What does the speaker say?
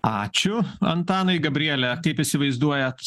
ačiū antanai gabriele kaip įsivaizduojat